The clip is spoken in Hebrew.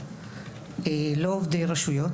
לא עובדי רשויות,